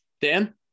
Dan